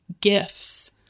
gifts